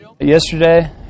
Yesterday